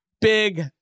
Big